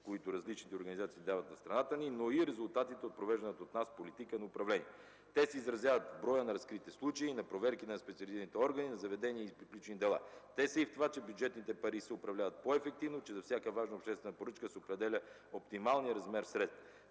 които различните организации дават за страната ни, но и резултатите от провежданата от нас политика на управление. Те се изразяват в броя на разкритите случаи, на проверки на специализираните органи, заведени и приключени дела. Те са и в това, че бюджетните пари се управляват по-ефективно, че за всяка важна обществена поръчка се определя оптималният размер средства.